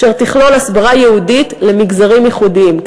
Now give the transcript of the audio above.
אשר תכלול הסברה ייעודית למגזרים ייחודיים,